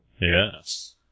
Yes